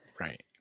Right